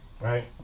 Right